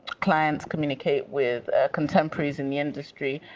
clients, communicate with contemporaries in the industry,